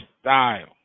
style